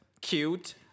cute